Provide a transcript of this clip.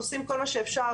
עושים כל מה שאפשר,